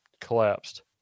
collapsed